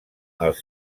als